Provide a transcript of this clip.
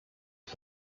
ich